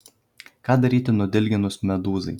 ką daryti nudilginus medūzai